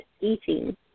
eating